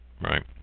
Right